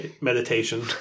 meditation